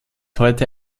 heute